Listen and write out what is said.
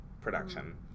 production